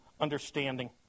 understanding